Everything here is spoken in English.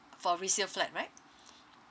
for resale flat right